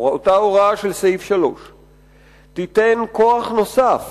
או אותה הוראה בסעיף 3 תיתן כוח נוסף